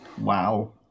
wow